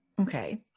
Okay